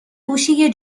گوشه